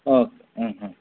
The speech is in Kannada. ಓಕೆ ಹ್ಞೂ ಹ್ಞೂ